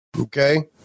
Okay